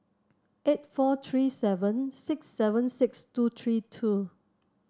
eight four three seven six seven six two three two